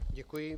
Děkuji.